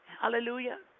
Hallelujah